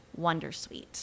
wondersuite